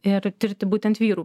ir tirti būtent vyrų